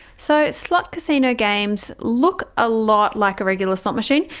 so slot casino games look a lot like a regular slot machine.